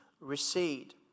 recede